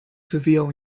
wywijał